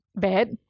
bad